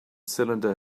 cylinder